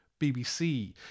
BBC